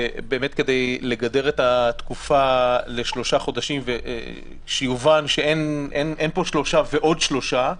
כדי לגדר את התקופה לשלושה חודשים ושיובן שאין פה שלושה ועוד שלושה,